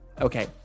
Okay